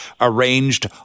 arranged